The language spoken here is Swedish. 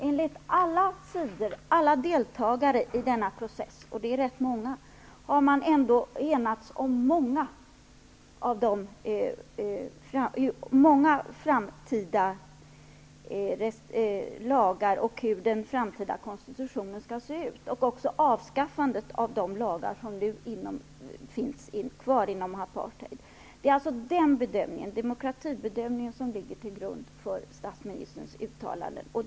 Enligt alla deltagare i denna process, och det är rätt många, har man enats om många framtida lagar och om hur den framtida konstitutionen skall se ut, och också om avskaffandet av de lagar som nu finns kvar inom ramen för apartheid. Det är demokratibedömningen som ligger till grund för statsministerns uttalande.